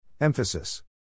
Emphasis